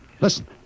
Listen